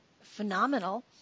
phenomenal